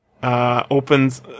Opens